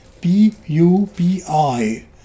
B-U-B-I